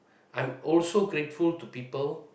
I'm also grateful to people